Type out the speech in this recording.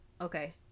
okay